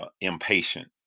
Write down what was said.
impatient